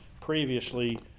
previously